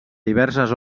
diverses